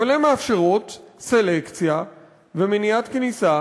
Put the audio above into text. אבל הן מאפשרות סלקציה ומניעת כניסה